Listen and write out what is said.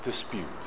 dispute